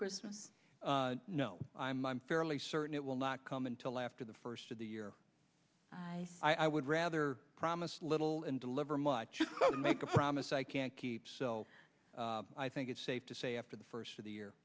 christmas no i'm fairly certain it will not come until after the first of the year i i would rather promise little and deliver much make a promise i can't keep so i think it's safe to say after the first of the year